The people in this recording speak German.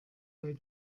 bei